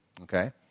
okay